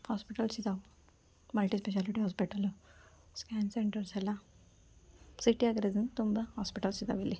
hospitals ಇದಾವೆ multispeciality hospital scan ಸೆಂಟರ್ಸೆಲ್ಲ ಸಿಟಿಯಾಗಿರೋದ್ರಿಂದ ತುಂಬ ಹಾಸ್ಪಿಟಲ್ಸ್ ಇದಾವೆ ಇಲ್ಲಿ